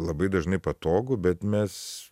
labai dažnai patogų bet mes